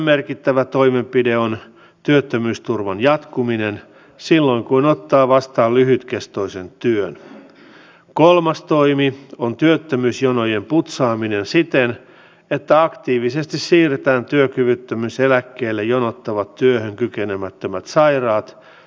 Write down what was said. sen takia on valtavan tärkeää että me saamme riittävästi henkilökuntaa ja myös näitä hoiva avustajia jotta myös sairaanhoitajat kokevat tuon työn mielekkääksi vanhustenhoivassa